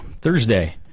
Thursday